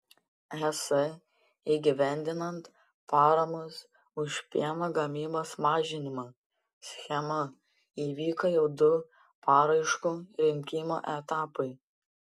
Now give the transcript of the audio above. es įgyvendinant paramos už pieno gamybos mažinimą schemą įvyko jau du paraiškų rinkimo etapai